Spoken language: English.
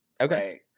okay